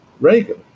reagan